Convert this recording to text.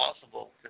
possible